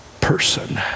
person